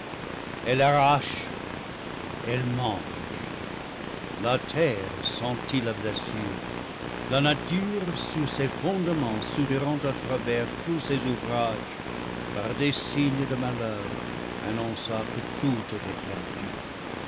elle arrache elle mange la terre sentit la blessure la nature sur ses fondements soupirant à travers tous ses ouvrages par des signes de malheur annonça que tout était perdu